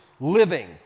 living